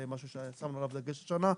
זה משהו ששמנו עליו דגש השנה.